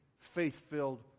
faith-filled